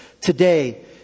Today